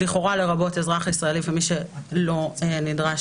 לכאורה לרבות אזרח ישראלי ומי שלא נדרש